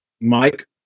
Mike